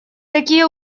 такие